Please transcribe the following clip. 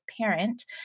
parent